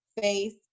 face